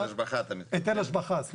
היטל השבחה אתה